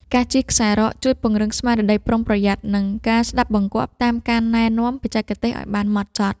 ការជិះខ្សែរ៉កជួយពង្រឹងស្មារតីប្រុងប្រយ័ត្ន និងការស្ដាប់បង្គាប់តាមការណែនាំបច្ចេកទេសឱ្យបានម៉ត់ចត់។